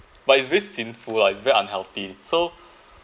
but it's very sinful lah it's very unhealthy so